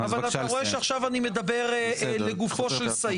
אבל אתה רואה שעכשיו אני מדבר לגופו של סעיף.